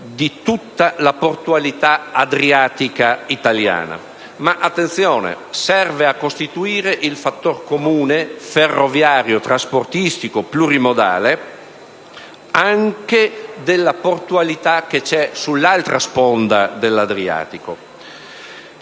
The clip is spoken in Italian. di tutta la portualità adriatica italiana, ma - attenzione - serve a costituire il fattore comune ferroviario trasportistico plurimodale anche della portualità dall'altra sponda dell'Adriatico.